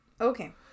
Okay